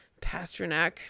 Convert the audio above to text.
Pasternak